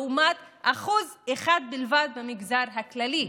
לעומת 1% בלבד במגזר הכללי.